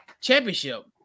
championship